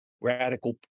radical